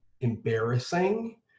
embarrassing